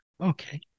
Okay